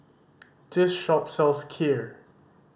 this shop sells Kheer